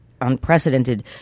Unprecedented